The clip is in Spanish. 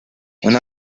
una